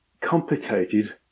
complicated